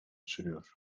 sürüyor